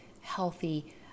healthy